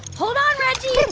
hold on, reggie.